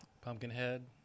Pumpkinhead